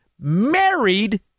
married